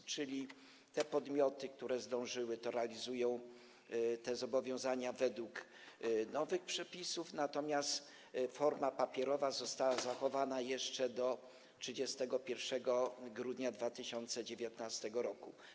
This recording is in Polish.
A więc te podmioty, które zdążyły, to realizują te zobowiązania według nowych przepisów, natomiast forma papierowa została zachowana jeszcze do 31 grudnia 2019 r.